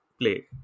play